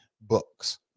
books